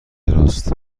راست